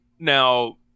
Now